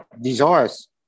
desires